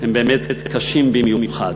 הם באמת קשים במיוחד.